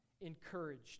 encouraged